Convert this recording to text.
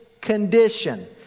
condition